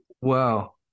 Wow